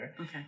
Okay